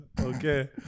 Okay